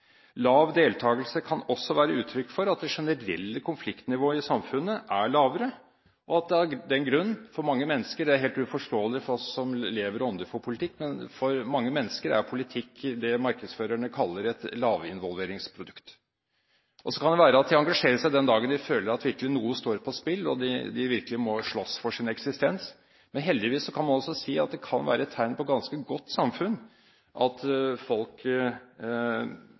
Lav deltagelse kan også være uttrykk for at det generelle konfliktnivået i samfunnet er lavere, og at for mange mennesker – det er helt uforståelig for oss som lever og ånder for politikk – er politikk av den grunn det markedsførerne kaller et lavinvolveringsprodukt. Så kan det være at de engasjerer seg den dagen de føler at noe virkelig står på spill, og de virkelig må slåss for sin eksistens. Men heldigvis kan man også si at det kan være et tegn på et ganske godt samfunn at folk